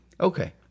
Okay